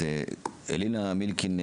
אלינה מילקין,